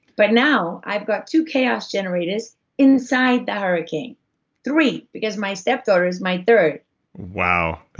but now, i've got two chaos generators inside the hurricane three, because my stepdaughter is my third wow.